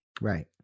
Right